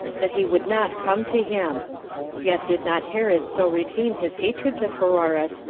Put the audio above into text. that he would not come to him yet did not herod so retain his hatred to pheroras,